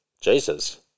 Jesus